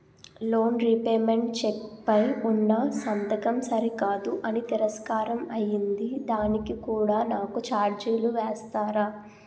Loan repayment cheque పై ఉన్నా సంతకం సరికాదు అని తిరస్కారం అయ్యింది దానికి కూడా నాకు ఛార్జీలు వేస్తారా?